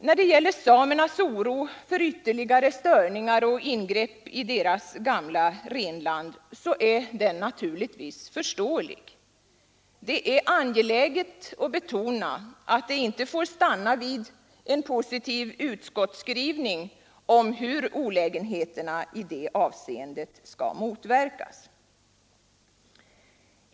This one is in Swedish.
När det gäller samernas oro för ytterligare störningar och ingrepp i deras gamla renland, så är den naturligtvis förståelig. Det är angeläget att betona att det inte får stanna vid en positiv utskottsskrivning om hur olägenheterna i det avseendet skall motverkas.